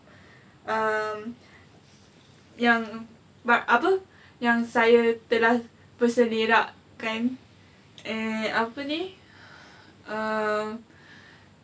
um yang apa yang saya telah berselerakkan eh apa ni um